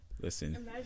Listen